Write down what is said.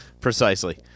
Precisely